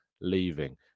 leaving